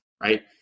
right